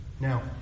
Now